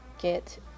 Get